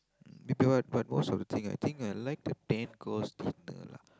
maybe what what most of the thing I think I like the ten course dinner lah